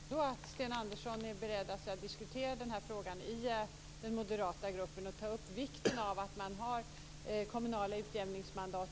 Fru talman! Då hoppas jag ändå att Sten Andersson är beredd att diskutera denna fråga i den moderata gruppen och betona vikten av att man har kommunala utjämningsmandat.